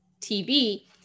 TV